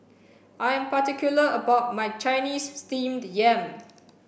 I am particular about my Chinese steamed yam